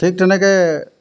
ঠিক তেনেকৈ